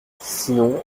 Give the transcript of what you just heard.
sinon